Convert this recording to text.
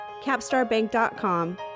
capstarbank.com